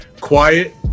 quiet